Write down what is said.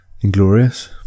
Inglorious